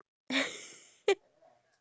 so he has to get it